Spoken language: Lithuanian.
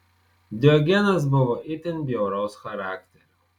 diogenas buvo itin bjauraus charakterio